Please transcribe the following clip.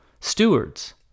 stewards